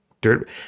dirt